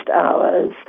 hours